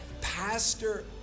Pastor